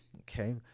Okay